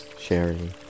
Sherry